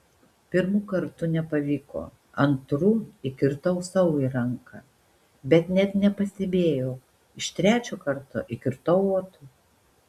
pirmu kartu nepavyko antru įkirtau sau į ranką bet net nepastebėjau iš trečio karto įkirtau otui